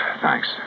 Thanks